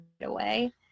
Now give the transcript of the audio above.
away